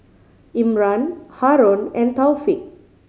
Imran Haron and Taufik